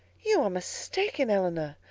you are mistaken, elinor,